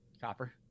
copper